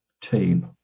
team